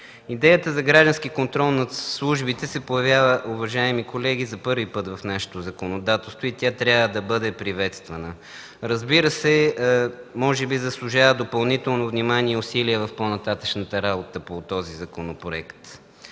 Идеята за граждански контрол над службите се появява, уважаеми колеги, за първи път в нашето законодателство и тя трябва да бъде приветствана, разбира се, може би заслужава допълнително внимание и усилие в по-нататъшната работа по този законопроект.